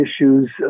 issues